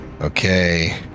Okay